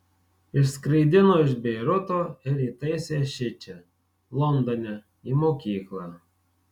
išskraidino iš beiruto ir įtaisė šičia londone į mokyklą